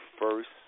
first